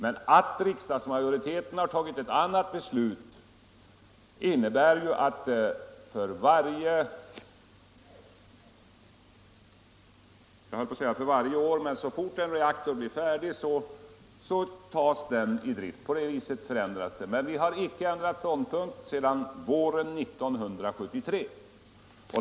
Men riksdagsmajoriteten har fattat ett annat beslut som innebär att så fort en reaktor blir färdig tas den i drift. På det sättet blir det en förändring i fråga om antalet reaktorer. Vi har emellertid icke ändrat ståndpunkt sedan våren 1973.